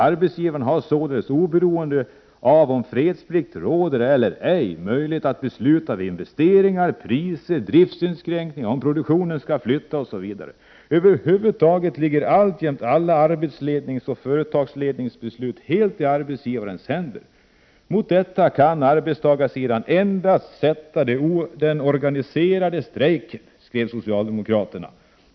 Arbetsgivarna har således oberoende av om fredsplikt råder eller ej möjlighet att besluta om investeringar, priser, driftsinskränkningar, flyttning av produktionen osv. Över huvud taget ligger alltjämt alla arbetsledningsoch företagsledningsbeslut helt i arbetsgivarens händer. Mot detta kan arbetstagarna endast sätta upp den organiserade strejken, skrev socialdemokraterna.